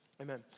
amen